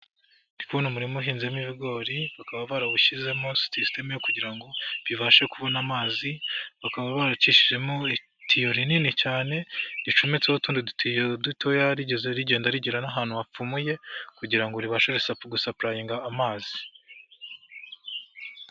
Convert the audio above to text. Ndikubona umuma uhinzemo ibigori bakaba barawushyizemo sisitemes kugira ngo bibashe kubona amazi, bakaba baracishijemo itiyo rinini cyane ricometseho utundi dutiyo dutoya rigeze rigenda rigira ahantu hapfumuye kugira ngo ribashe gusapulayinga amazi.